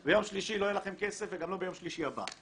לצערי ביום שלישי לא יהיה לכם כסף וגם לא ביום שלישי הבא,